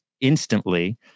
instantly